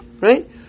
Right